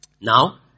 Now